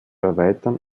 erweitern